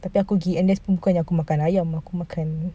tapi aku andes pun bukan punya aku makan ayam aku makan